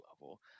level